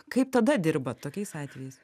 kaip tada dirbat tokiais atvejais